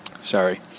Sorry